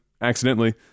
accidentally